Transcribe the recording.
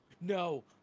no